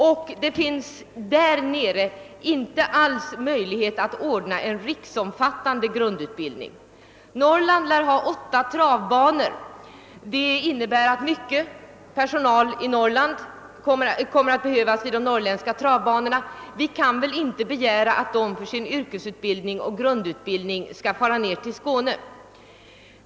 Efter vad jag hört har man också hyrt ut delar av stallet till privatpersoner. Norrland lär ha åtta travbanor. Detta innebär att det behövs mycket personal till de norrländska travbanorna. Vi kan väl inte begära att dessa personer för sin grundläggande yrkesutbildning skall fara ner till Skåne.